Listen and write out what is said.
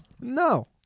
no